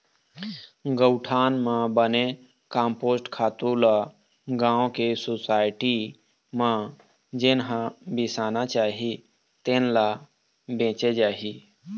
गउठान म बने कम्पोस्ट खातू ल गाँव के सुसायटी म जेन ह बिसाना चाही तेन ल बेचे जाही